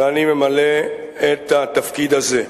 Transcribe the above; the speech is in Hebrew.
ואני ממלא את התפקיד הזה.